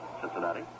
Cincinnati